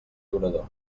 durador